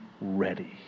ready